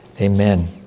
Amen